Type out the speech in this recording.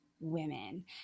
women